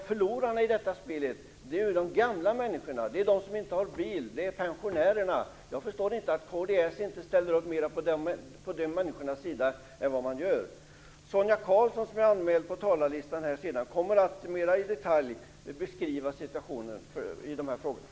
Förlorarna i detta spel är de gamla människorna, det är de som inte har bil, det är pensionärerna. Jag förstår inte att kds inte ställer upp mer för de människorna än vad man gör. Sonia Karlsson, som finns med senare på talarlistan, kommer att mer i detalj beskriva situationen i de här frågorna.